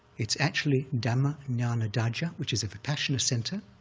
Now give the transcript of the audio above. it's actually dhamma nanadhaja, which is a vipassana center